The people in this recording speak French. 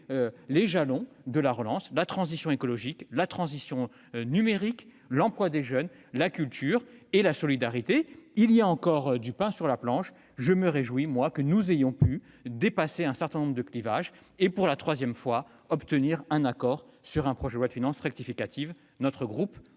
les jalons de la relance : transition écologique, transition numérique, emploi des jeunes, culture et solidarité. Même s'il y a encore du pain sur la planche, je me réjouis que nous ayons pu dépasser un certain nombre de clivages et obtenir, pour la troisième fois, un accord sur un projet de loi de finances rectificative. Notre groupe